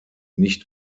nicht